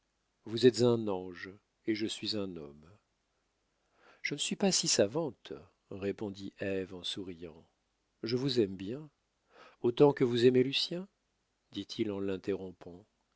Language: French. vous êtes un ange et je suis un homme je ne suis pas si savante répondit ève en souriant je vous aime bien autant que vous aimez lucien dit-il en l'interrompant